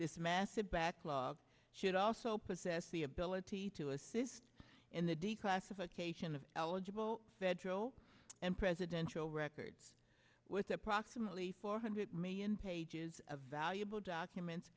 this massive backlog should also possess the ability to assist in the declassification of eligible federal and presidential records with approximately four hundred million pages a valuable documents